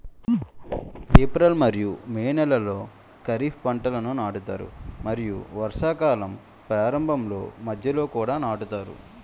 April మరియు May నెలలో ఖరీఫ్ పంటలను నాటుతారు మరియు వర్షాకాలం ప్రారంభంలో మధ్యలో కూడా నాటుతారు